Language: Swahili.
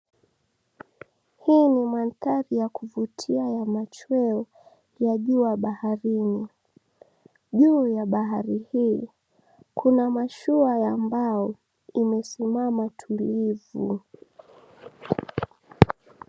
Hii ni mandahri ya kuvutia ya machweo ya jua baharini. Juu ya bahari hii kuna mashua ya mbao imesimama tulivu.